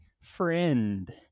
friend